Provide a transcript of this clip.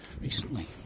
recently